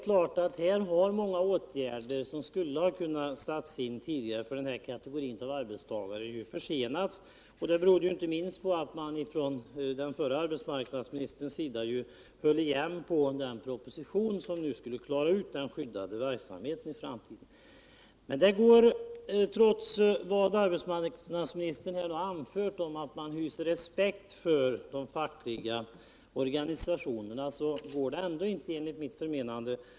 Flär har många av de åtgärder, som tidigare skulle ha kunnat insättas för denna kategori av arbetstagare, försenats, men detta berodde inte minst på att den förre arbetsmarknadsministern höll igen med den proposition som skulle behandla frågan om den skyddade verksamheten i framtiden. Men trots att arbetsmarknadsministern säger att man hyser respekt för de fackliga organisationerna går det ändå inte, enligt mitt förmenande.